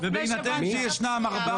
בהינתן שישנם 400